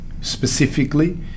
specifically